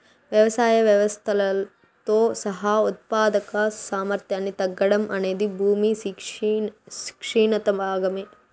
వ్యవసాయ వ్యవస్థలతో సహా ఉత్పాదక సామర్థ్యాన్ని తగ్గడం అనేది భూమి క్షీణత భాగమే